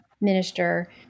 minister